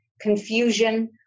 confusion